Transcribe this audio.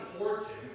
important